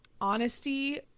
honesty